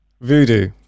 Voodoo